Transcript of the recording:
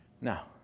Now